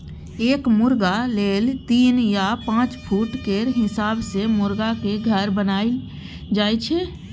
एक मुरगा लेल तीन या पाँच फुट केर हिसाब सँ मुरगाक घर बनाएल जाइ छै